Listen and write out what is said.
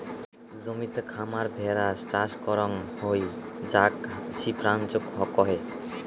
জমিতে খামার ভেড়া চাষ করাং হই যাক সিপ রাঞ্চ কহে